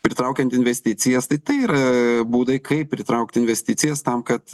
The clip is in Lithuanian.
pritraukiant investicijas tai tai yra būdai kaip pritraukti investicijas tam kad